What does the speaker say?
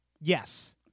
Yes